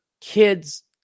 kids